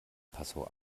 passau